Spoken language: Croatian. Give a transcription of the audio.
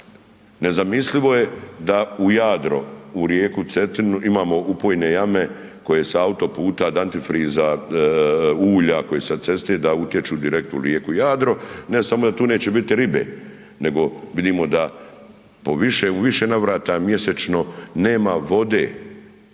Nezamislivo je da u Jadro, u rijeku Cetinu, imamo upojne jame koje s autoputa od antifriza, ulja koje je sa ceste, da utječu direktno u rijeku Jadro, ne samo da tu neće bit ribe, nego vidimo da po više, u više navrata mjesečno nema vode